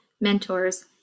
mentors